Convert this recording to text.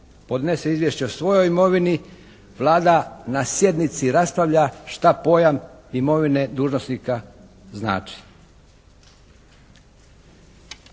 podnese izvješće o svojoj imovini Vlada na sjednici raspravlja šta pojam imovine dužnosnika znači.